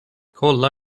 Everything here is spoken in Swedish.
kolla